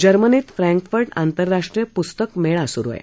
जर्मनीत फ्रॅंकफर्ट आंतरराष्ट्रीय पुस्तक मेळा सुरु आहे